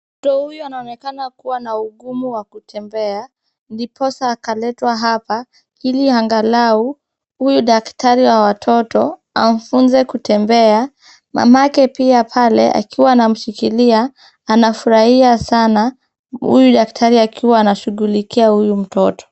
Mtoto huyu anaonekana kuwa na ugumu wa kutembea ndiposa akaletwa hapa ili angalau huyu daktari wa watoto amfunze kutembea. Mamake pia pale akiwa anamshikilia anafurahia sana huyu daktari akiwa anashughulikia huyu mtoto.